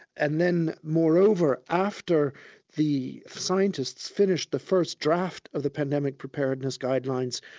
and then moreover, after the scientists finished the first draft of the pandemic preparedness guidelines,